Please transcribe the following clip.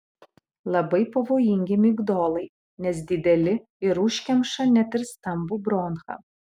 labai pavojingi migdolai nes dideli ir užkemša net ir stambų bronchą